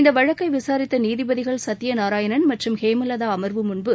இந்த வழக்கை விசாரித்த நீதிபதிகள் சத்தியநாராயணன் மற்றும் ஹேமலதா அமர்வு முன்பு